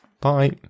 Bye